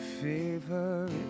favorite